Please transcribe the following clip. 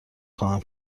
خواهم